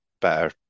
better